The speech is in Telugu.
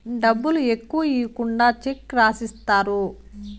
డబ్బులు ఎక్కువ ఈకుండా చెక్ రాసిత్తారు